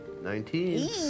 Nineteen